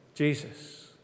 Jesus